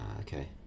okay